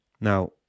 Now